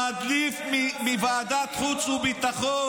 המדליף מוועדת חוץ וביטחון.